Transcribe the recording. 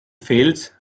fels